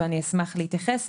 ואני אשמח להתייחס.